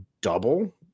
double